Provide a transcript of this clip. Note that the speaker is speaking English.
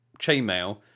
chainmail